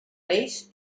reis